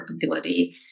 capability